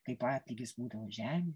kaip atlygis būdavo žemėje